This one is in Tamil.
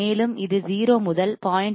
மேலும் இது 0 முதல் 0